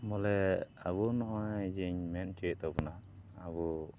ᱵᱚᱞᱮ ᱟᱵᱚ ᱱᱚᱜᱼᱚᱭ ᱡᱮᱧ ᱢᱮᱱ ᱚᱪᱚᱭᱮᱫ ᱛᱟᱵᱚᱱᱟ ᱟᱵᱚ